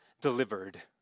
delivered